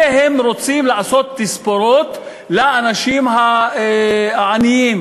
והם רוצים לעשות תספורות לאנשים העניים,